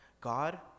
God